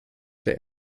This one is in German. der